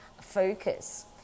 focus